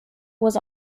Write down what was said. was